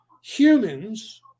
humans